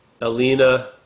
Alina